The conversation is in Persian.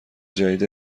جدید